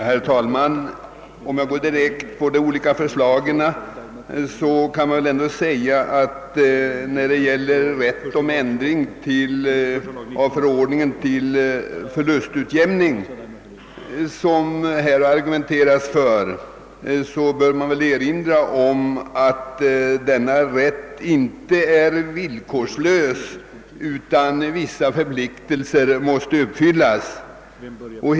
Herr talman! Jag vill gå direkt in på de olika förslagen. Beträffande förslaget om ändring av förordningen om rätt till förlustutjämning, för vilket det nyss har argumenterats, vill jag erinra om att denna rätt enligt gällande regler inte är villkorslös, utan att vissa krav måste uppfyllas för att den skall kunna utnyttjas.